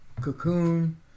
Cocoon